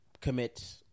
commit